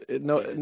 no